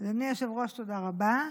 אדוני היושב-ראש, תודה רבה.